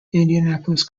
indianapolis